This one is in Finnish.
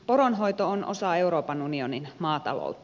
poronhoito on osa euroopan unionin maataloutta